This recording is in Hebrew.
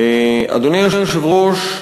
אדוני היושב-ראש,